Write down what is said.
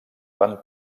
van